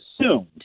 assumed